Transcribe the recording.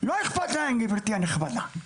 לא איכפת להם גברתי הנכבדה.